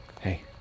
Hey